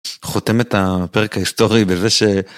חותם את הפרק ההיסטורי בזה ש.